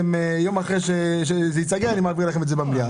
שיום אחרי שזה ייסגר, אתה מעביר במליאה.